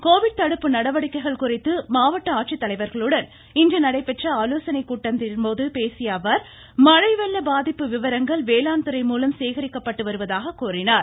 சென்னையில் கோவிட் தடுப்பு நடவடிக்கைகள் குறித்து மாவட்ட ஆட்சித்தலைவர்களுடன் இன்று நடைபெற்ற ஆலோசனைக் கூட்டத்தின்போது பேசியஅவர் மழை வெள்ள பாதிப்பு விவரங்கள் வேளாண் துறைமூலம் சேகரிக்கப்பட்டு வருவதாக கூறினார்